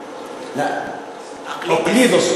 רואים, אוקלידס,